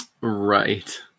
Right